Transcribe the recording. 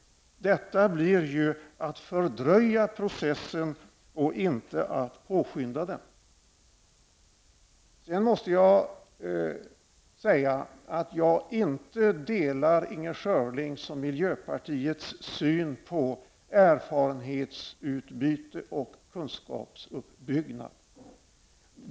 Det blir ju att fördröja processen och inte att påskynda den. Jag delar inte Inger Schörlings och miljöpartiets syn på erfarenhetsutbyte och kunskapsuppbyggnad.